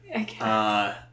Okay